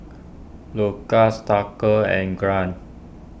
Lukas Tucker and Grant